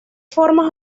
formas